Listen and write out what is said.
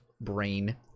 brain